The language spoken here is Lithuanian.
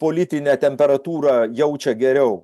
politinę temperatūrą jaučia geriau